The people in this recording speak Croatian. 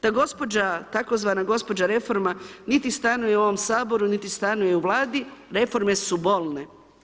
Ta gospođa tzv. gospođa reforma niti stanuje u ovom Saboru, niti stanuje u Vladi, reforme su bolne.